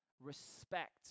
respect